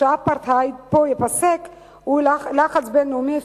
שהאפרטהייד פה ייפסק הוא לחץ בין-לאומי אפקטיבי.